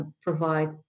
Provide